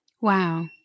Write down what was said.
wow